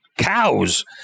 Cows